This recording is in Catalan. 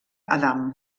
adam